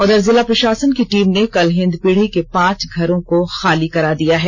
उधर जिला प्रषासन की टीम ने कल हिन्दपीढ़ी के पांच घरों को खाली करा दिया है